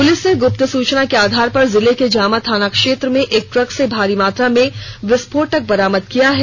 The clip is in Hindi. पुलिस ने गुप्त सूचना के आधार पर जिले के जामा थाना क्षेत्र में एक ट्रक से भारी मात्रा में विस्फोटक बरामद किया है